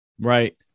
Right